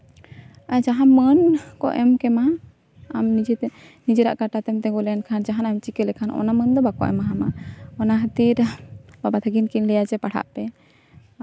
ᱟᱨ ᱡᱟᱦᱟᱱ ᱢᱟᱹᱱ ᱠᱚ ᱮᱢ ᱠᱮᱢᱟ ᱱᱤᱡᱮᱛᱮ ᱱᱤᱡᱮᱨᱟᱜ ᱠᱟᱴᱟ ᱛᱮᱢ ᱛᱤᱸᱜᱩ ᱞᱮᱱᱠᱷᱟᱱ ᱡᱟᱦᱟᱱᱟᱜ ᱮᱢ ᱪᱤᱠᱟᱹ ᱞᱮᱠᱷᱟᱱ ᱚᱱᱟ ᱢᱟᱹᱱ ᱫᱚ ᱵᱟᱠᱚ ᱮᱢᱟᱢᱟ ᱚᱱᱟ ᱠᱷᱟᱹᱛᱤᱨ ᱵᱟᱵᱟ ᱛᱟᱹᱠᱤᱱ ᱠᱤᱱ ᱞᱟᱹᱭᱟ ᱡᱮ ᱯᱟᱲᱦᱟᱜ ᱯᱮ